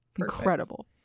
Incredible